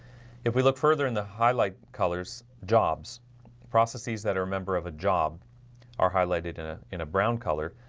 if we look further in the highlight colors jobs processes that are a member of a job are highlighted in a in a brown color.